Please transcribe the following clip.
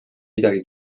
midagi